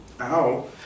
Ow